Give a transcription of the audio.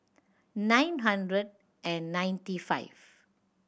nine hundred and ninety five